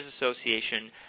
Association